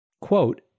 Quote